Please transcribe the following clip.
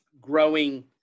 growing